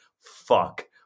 fuck